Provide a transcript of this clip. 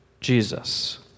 Jesus